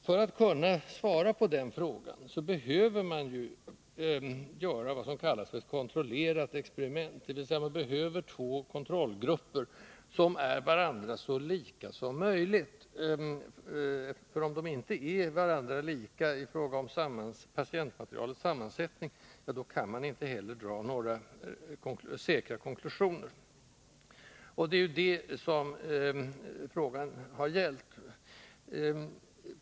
För att kunna svara på den frågan behöver man göra vad som kallas en kontrollerad studie, dvs. man behöver två kontrollgrupper som är varandra så lika som möjligt, för om de inte är varandra lika i fråga om patientmaterialets sammansättning kan man inte heller dra några säkra slutsatser. Det är det frågan har gällt.